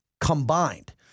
combined